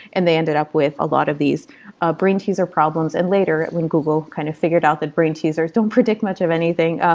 and they ended up with a lot of these ah brain-teaser problems. and later when google kind of figured out that brain-teasers don't predict much of anything, ah